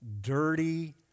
dirty